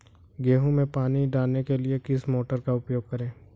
गेहूँ में पानी डालने के लिए किस मोटर का उपयोग करें?